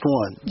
one